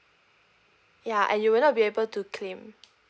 ya and you will not be able to claim